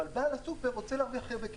אבל בעל הסופר רוצה להרוויח הכי הרבה כסף,